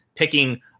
picking